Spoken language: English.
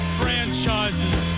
franchises